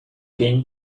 came